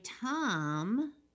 Tom